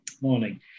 morning